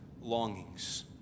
longings